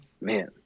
man